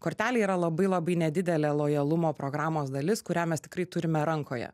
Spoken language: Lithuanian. kortelė yra labai labai nedidelė lojalumo programos dalis kurią mes tikrai turime rankoje